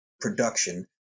production